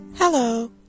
Hello